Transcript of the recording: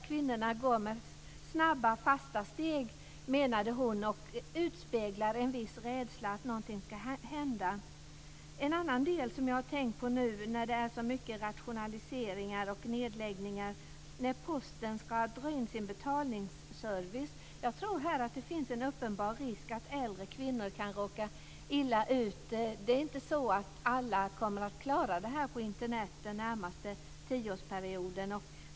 Kvinnorna går med snabba, fasta steg, menade hon, och det avspeglar en viss rädsla för att något ska hända. Jag har också tänkt på en annan sak nu när det är så mycket rationaliseringar och nedläggningar. När Posten ska dra in sin betalningsservice tror jag att det finns en uppenbar risk att äldre kvinnor kan råka illa ut. Det är inte så att alla kommer att klara det här på Internet den närmaste tioårsperioden.